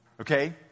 Okay